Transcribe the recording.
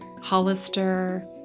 Hollister